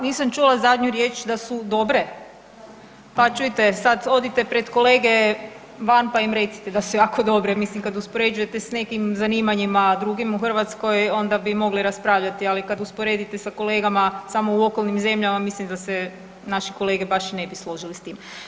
Nisam čula zadnju riječ, da su dobre? … [[Upadica sa strane, ne razumije se.]] Pa čujte, sad odite pred kolege van pa im recite da su jako dobre, mislim, kad uspoređujete s nekim zanimanjima drugim u Hrvatskoj, onda bi mogli raspravljati, ali kad usporedite sa kolegama samo u okolnim zemljama, mislim da se naši kolege baš i ne bi složili s tim.